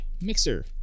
mixer